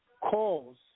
calls